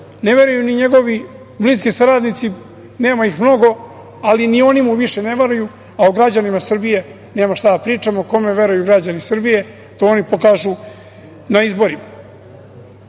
ne veruju ni njegovi bliski saradnici, nema ih mnogo, ali ni oni mu više ne veruju, a o građanima Srbije nemamo šta da pričamo. Kome veruju građani Srbije, to oni pokažu na izborima. Sa